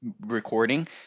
recording